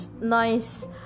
nice